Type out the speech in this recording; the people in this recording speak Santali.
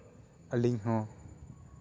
ᱟᱹᱞᱤᱧ ᱦᱚᱸ